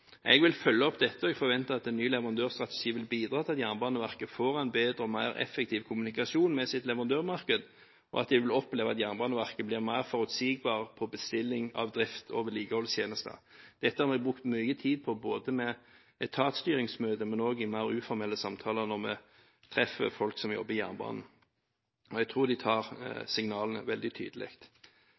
Jeg vil følge opp dette, og jeg forventer at en ny leverandørstrategi vil bidra til at Jernbaneverket får en bedre og mer effektiv kommunikasjon med sitt leverandørmarked, og at de vil oppleve at Jernbaneverket blir mer forutsigbart på bestilling av drift og vedlikeholdstjenester. Dette har vi brukt mye tid på både med etatstyringsmøter og i mer uformelle samtaler når vi treffer folk som jobber i jernbanen. Jeg tror de tar signalene veldig tydelig.